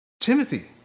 Timothy